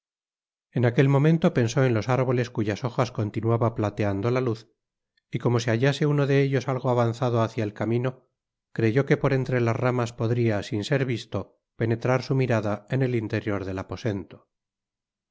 en aquel momento pensó en los árboles cuyas hojas continuaba plateando la luz y como se hallase uno de ellos algo avanzado hácia el camino creyó que por entre las ramas podria sin ser visto penetrar su mirada en el interior del aposento